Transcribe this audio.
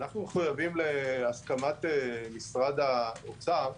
שאנחנו מחויבים להסכמת משרד האוצר,